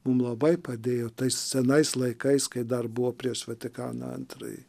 mum labai padėjo tais senais laikais kai dar buvo prieš vatikaną antrąjį